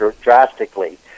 drastically